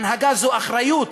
הנהגה זו אחריות.